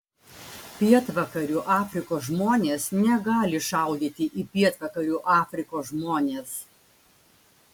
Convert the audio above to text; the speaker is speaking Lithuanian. pietvakarių afrikos žmonės negali šaudyti į pietvakarių afrikos žmones